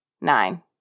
Nine